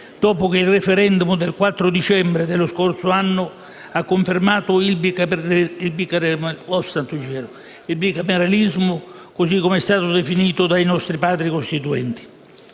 dopo che il *referendum* del 4 dicembre dello scorso anno ha confermato il bicameralismo così come è stato definito dai nostri Padri costituenti.